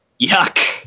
Yuck